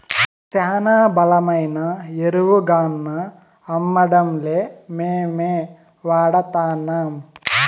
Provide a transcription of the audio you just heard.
శానా బలమైన ఎరువుగాన్నా అమ్మడంలే మేమే వాడతాన్నం